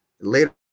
later